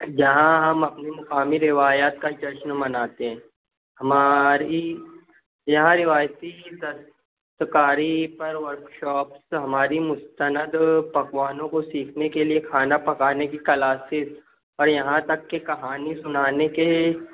جہاں ہم اپنی مقامی روایات کا جشن مناتے ہیں ہماری یہاں روایتی دستکاری پر ورک شاپس ہماری مستند پکوانوں کو سیکھنے کے لیے کھانا پکانے کی کلاسک اور یہاں تک کہ کہانی سُنانے کے